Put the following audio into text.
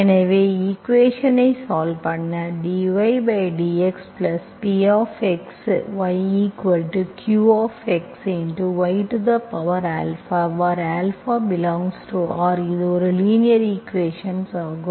எனவே equation solve பண்ண dydx Px yqx y α∈R இது ஒரு லீனியர் ஈக்குவேஷன் ஆகும்